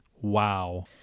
wow